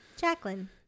Jacqueline